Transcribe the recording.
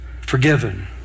forgiven